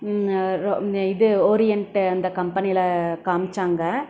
இது ஓரியன்ட் அந்த கம்பெனியில் காமித்தாங்க